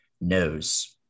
knows